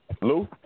Lou